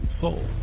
soul